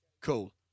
Cool